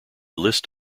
list